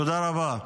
תודה רבה.